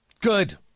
good